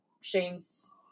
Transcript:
shane's